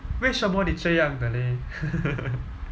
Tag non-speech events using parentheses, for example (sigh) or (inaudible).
为什么你这样 de leh (laughs)